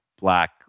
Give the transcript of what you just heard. black